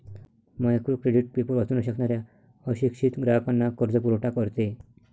micro credit paper वाचू न शकणाऱ्या अशिक्षित ग्राहकांना कर्जपुरवठा करते